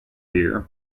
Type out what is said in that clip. here